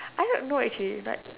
I don't know actually but